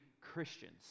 Christians